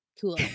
Cool